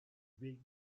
big